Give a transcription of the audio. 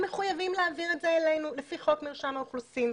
מחויבים להעביר את זה אלינו לפי חוק מרשם האוכלוסין.